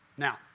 Now